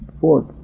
Fourth